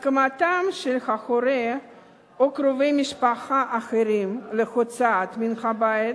הסכמתם של ההורים או קרובי משפחה אחרים להוצאתו מן הבית,